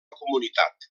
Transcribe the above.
comunitat